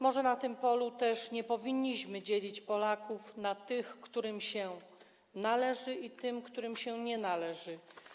Może na tym polu też nie powinniśmy dzielić Polaków na tych, którym się należy, i tych, którym się nie należy.